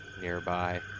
nearby